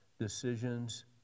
decisions